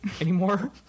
anymore